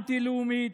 אנטי-לאומית,